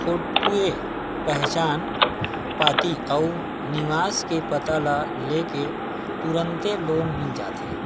फोटूए पहचान पाती अउ निवास के पता ल ले के तुरते लोन मिल जाथे